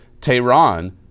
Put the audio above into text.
Tehran